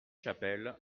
chapelle